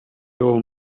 old